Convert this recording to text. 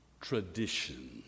tradition